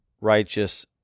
righteous